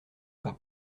par